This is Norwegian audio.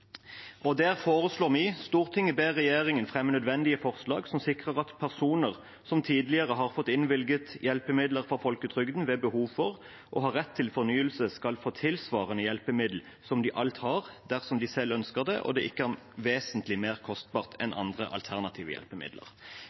foreslår vi: «Stortinget ber regjeringen fremme nødvendige forslag som sikrer at personer som tidligere har fått innvilget hjelpemidler fra Folketrygden ved behov for og har rett til fornyelse, skal få tilsvarende hjelpemiddel som de alt har om de selv ønsker og det ikke er vesentlig mer kostbart enn andre alternative hjelpemidler.»